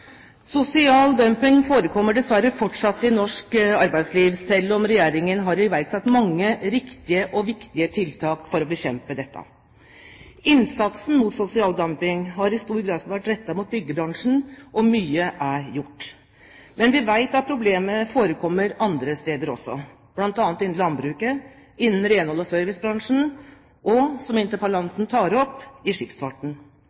Sosial dumping forekommer dessverre fortsatt i norsk arbeidsliv, selv om Regjeringen har iverksatt mange riktige og viktige tiltak for å bekjempe dette. Innsatsen mot sosial dumping har i stor grad vært rettet mot byggebransjen, og mye er gjort. Men vi vet at problemet forekommer andre steder også, bl.a. innen landbruket, innen renholds- og servicebransjen og – som